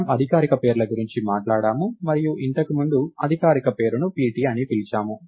మనము అధికారిక పేర్ల గురించి మాట్లాడాము మరియు ఇంతకుముందు అధికారిక పేరును pt అని పిలిచాము